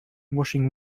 washing